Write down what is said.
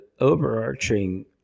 overarching